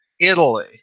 Italy